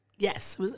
Yes